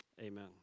Amen